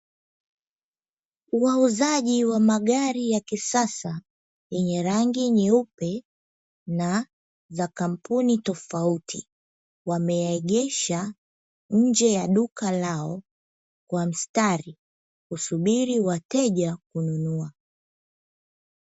Wauzaji wa magari ya kisasa yenye rangi nyeupe na za kampuni tofauti, wameyaegesha nje ya duka lao kwa mstari kusubiri wateja kununua.